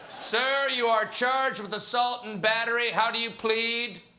sir, you are charged with assault and battery. how do you plead?